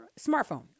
smartphone